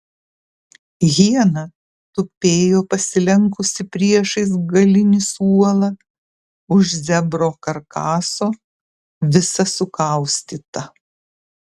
hiena tupėjo pasilenkusi priešais galinį suolą už zebro karkaso visa sukaustyta